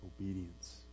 obedience